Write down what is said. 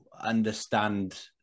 understand